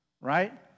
right